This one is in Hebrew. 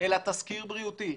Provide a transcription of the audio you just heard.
אלא תסקיר בריאותי.